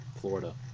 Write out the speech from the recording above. Florida